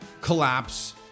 collapse